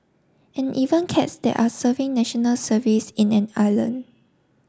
and even cats that are serving National Service in an island